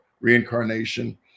reincarnation